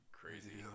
crazy